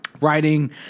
Writing